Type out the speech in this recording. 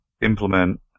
implement